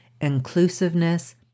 inclusiveness